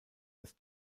das